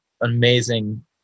amazing